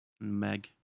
Meg